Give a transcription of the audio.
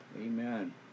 Amen